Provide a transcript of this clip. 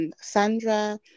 Sandra